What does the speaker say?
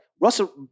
Russell